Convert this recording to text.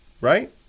Right